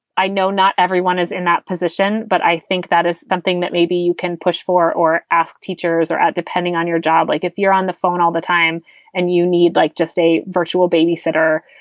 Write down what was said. i know not everyone is in that position, but i think that is something that maybe you can push for or ask teachers or depending on your job, like if you're on the phone all the time and you need like just a virtual babysitter.